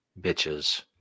bitches